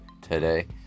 today